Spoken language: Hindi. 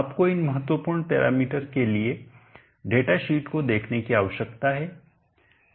आपको इन महत्वपूर्ण पैरामीटर के लिए डेटा शीट को देखने की आवश्यकता है